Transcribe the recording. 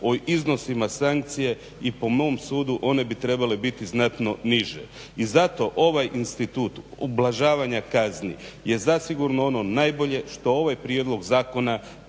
o iznosima sankcije i po mom sudu one bi trebale biti znatno niže i zato ovaj institut ublažavanja kazani je zasigurno ono najbolje što ovaj prijedlog zakona